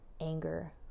anger